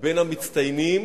בין המצטיינים